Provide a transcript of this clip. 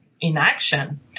inaction